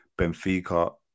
Benfica